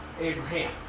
Abraham